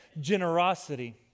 generosity